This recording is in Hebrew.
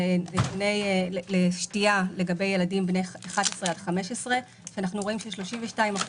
נתוני שתייה לגבי ילדים בני 11 15. אנחנו רואים ש-32%